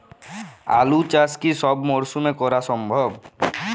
আলু চাষ কি সব মরশুমে করা সম্ভব?